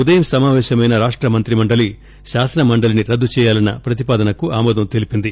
ఉదయం సమాపేశమైన రాష్ట మంత్రి మండలి శాసన మండలిని రద్గు చేయాలన్న ప్రతిపాదనకు ఆమోదం తెలిపింది